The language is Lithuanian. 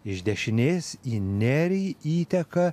iš dešinės į nerį įteka